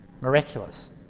Miraculous